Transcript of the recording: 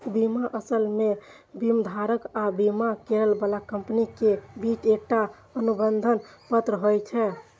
बीमा असल मे बीमाधारक आ बीमा करै बला कंपनी के बीच एकटा अनुबंध पत्र होइ छै